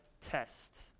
test